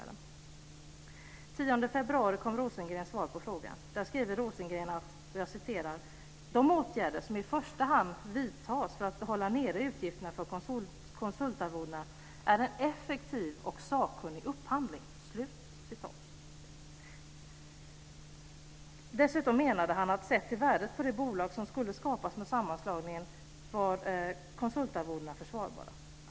Den 10 februari kom Rosengrens svar på frågan. Där skriver Rosengren: "De åtgärder som i första hand vidtas för att hålla nere utgifterna för konsultarvodena är en effektiv och sakkunnig upphandling." Dessutom menade han att sett till värdet på det bolag som skulle skapas med sammanslagningen var konsultarvodena försvarbara.